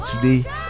today